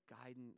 guidance